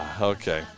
Okay